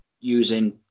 using